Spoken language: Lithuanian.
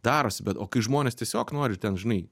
darosi bet o kai žmonės tiesiog nori ten žinai